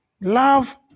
Love